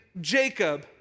Jacob